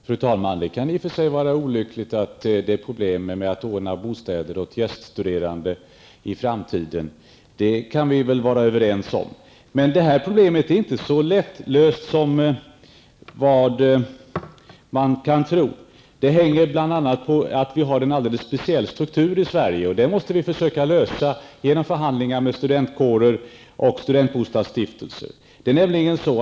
Fru talman! Vi kan vara överens om att det i och för sig är olyckligt att det i framtiden kan bli problem med att ordna bostäder åt gäststuderande. Men problemet är inte så lätt att lösa som man kan tro, vilket bl.a. hänger på att vi i Sverige har en alldeles speciell struktur, som vi måste försöka komma till rätta med genom förhandlingar med studentkårer och studentbostadsstiftelser.